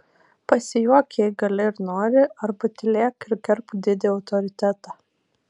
pasijuok jei gali ir nori arba tylėk ir gerbk didį autoritetą